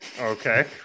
okay